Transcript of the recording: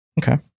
Okay